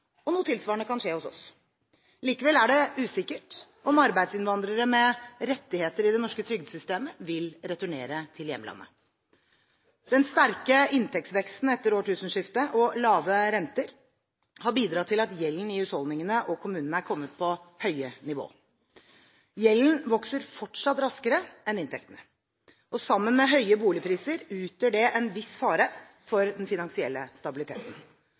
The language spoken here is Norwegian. Noe tilsvarende kan skje hos oss. Likevel er det usikkert om arbeidsinnvandrere med rettigheter i det norske trygdesystemet vil returnere til hjemlandet. Den sterke inntektsveksten etter årtusenskiftet og lave renter har bidratt til at gjelden i husholdningene og kommunene er kommet på høye nivåer. Gjelden vokser fortsatt raskere enn inntektene. Sammen med høye boligpriser utgjør det en viss fare for den finansielle stabiliteten.